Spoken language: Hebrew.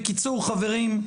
בקיצור חברים,